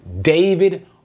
David